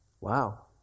Wow